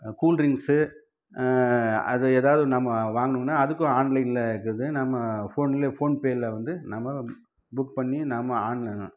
cool drinks அது எதாவது நம்ம வாங்கினோம்னா அதுக்கும் ஆன்லைனில் இருக்குது நம்ம ஃபோன்லேயே ஃபோன் பேவில் வந்து நம்ம புக் பண்ணி நாம் ஆன்லைன்